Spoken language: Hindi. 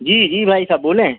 जी जी भाई साब बोलें